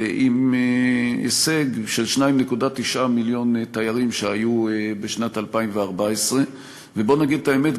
עם הישג של 2.9 מיליון תיירים בשנת 2014. ובואו נגיד את האמת,